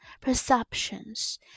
perceptions